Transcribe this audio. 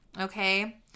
okay